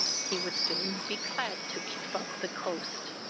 he would soon be clad to gif up the coast.